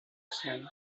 cel